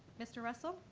mr. russell?